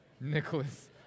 Nicholas